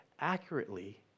accurately